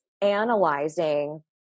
analyzing